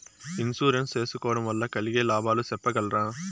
Insurance సేసుకోవడం వల్ల కలిగే లాభాలు సెప్పగలరా?